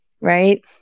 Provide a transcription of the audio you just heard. right